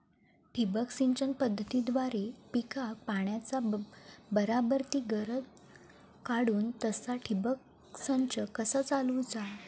ठिबक सिंचन पद्धतीद्वारे पिकाक पाण्याचा बराबर ती गरज काडूक तसा ठिबक संच कसा चालवुचा?